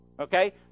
okay